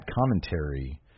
commentary